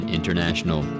International